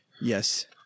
Yes